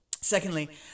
Secondly